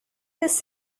this